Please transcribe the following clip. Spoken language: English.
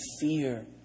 fear